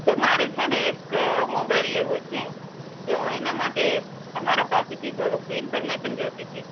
તો મારે છે ને એક મોબાઈલ લેવો છે તો એના માટે તમારા પાસેથી થોડુક ઇન્ફોર્મેશન જોઇતી હતી